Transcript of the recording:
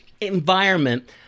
environment